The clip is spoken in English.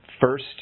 first